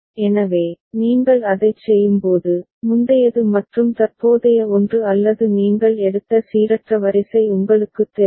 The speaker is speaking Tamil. எனவே நீங்கள் அதைச் செய்யும்போது முந்தையது மற்றும் தற்போதைய ஒன்று அல்லது நீங்கள் எடுத்த சீரற்ற வரிசை உங்களுக்குத் தெரியும்